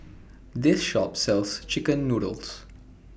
This Shop sells Chicken Noodles